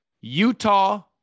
Utah